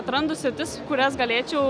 atrandu sritis kurias galėčiau